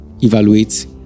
evaluate